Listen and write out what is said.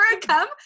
come